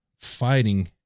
fighting